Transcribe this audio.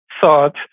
thought